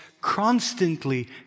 constantly